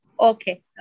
Okay